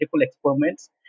experiments